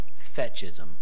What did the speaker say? fetchism